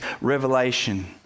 revelation